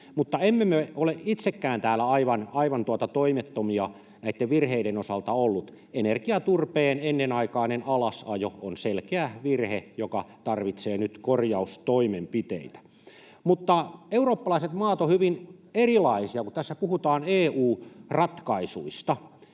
Mutta emme me ole itsekään täällä aivan toimettomia näitten virheiden osalta olleet. Energiaturpeen ennenaikainen alasajo on selkeä virhe, joka tarvitsee nyt korjaustoimenpiteitä. Mutta eurooppalaiset maat ovat hyvin erilaisia, kun tässä puhutaan EU-ratkaisuista.